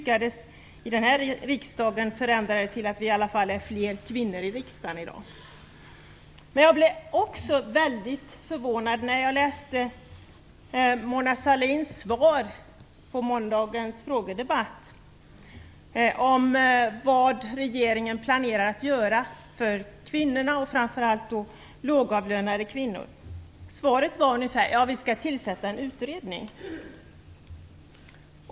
I denna riksdag lyckades vi faktiskt förändra situationen så att vi i dag är fler kvinnor i riksdagen. Jag blev också mycket förvånad när jag läste Mona Sahlins svar vid frågedebatten om vad regeringen planerar att göra för kvinnorna och framför allt för de lågavlönade kvinnorna. Svaret var ungefär: Vi skall tillsätta en utredning.